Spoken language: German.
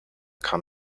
kam